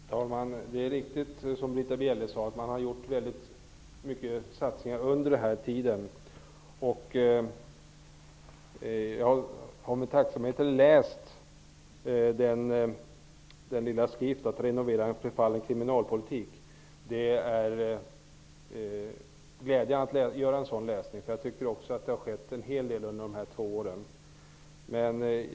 Herr talman! Det är riktigt som Britta Bjelle säger att man har satsat väldigt mycket under den här tiden. Jag har med tacksamhet läst den lilla skriften Att renovera en förfallen kriminalpolitik. En sådan läsning är glädjande. Jag tycker också att det har skett en hel del under de här två åren.